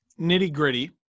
nitty-gritty